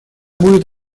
будет